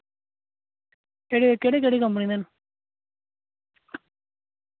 केह्ड़े केह्ड़ी केह्ड़ी कंपनी दे न